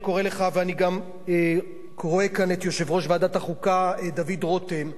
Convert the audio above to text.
אני קורא לך ואני גם רואה כאן את יושב-ראש ועדת החוקה דוד רותם.